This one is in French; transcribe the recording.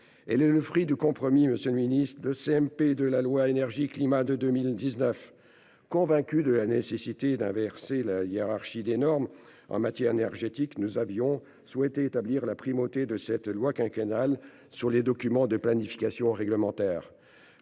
texte est le fruit du compromis issu de la commission mixte paritaire sur le projet de loi Énergie-climat de 2019. Convaincus de la nécessité d'inverser la hiérarchie des normes en matière énergétique, nous avions souhaité établir la primauté de cette loi quinquennale sur les documents de planification réglementaires.